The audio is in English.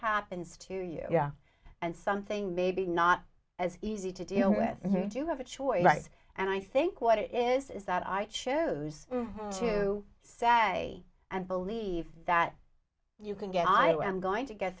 happens to you yeah and something maybe not as easy to deal with and you have a choice right and i think what it is is that i chose to stay and believe that you can get i am going to get